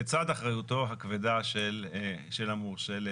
לצד אחריותו הכבדה של המורשה להיתר.